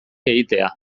egitea